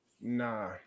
Nah